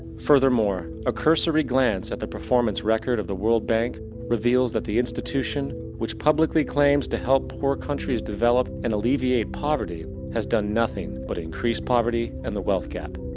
furthermore, a cursory glance at the performance record of the world bank reveals that the institution, which publicly claims to help poor countries develop and alleviate poverty, has done nothing but increase poverty and the wealth-gap.